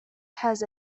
has